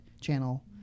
channel